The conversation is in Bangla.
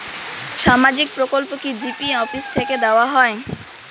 সামাজিক প্রকল্প কি জি.পি অফিস থেকে দেওয়া হয়?